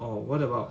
orh what about